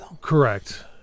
correct